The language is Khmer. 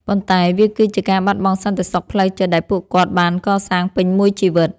ប៉ុន្តែវាគឺជាការបាត់បង់សន្តិសុខផ្លូវចិត្តដែលពួកគាត់បានកសាងពេញមួយជីវិត។